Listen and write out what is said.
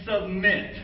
submit